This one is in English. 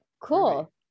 Cool